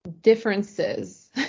differences